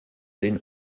den